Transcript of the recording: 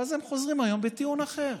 ואז הם חוזרים היום בטיעון אחר.